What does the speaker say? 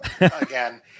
Again